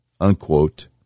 unquote